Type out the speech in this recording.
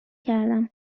کردم